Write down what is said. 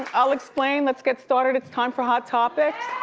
and i'll explain. let's get started. it's time for hot topics.